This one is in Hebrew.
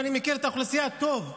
ואני מכיר את האוכלוסייה טוב.